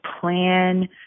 plan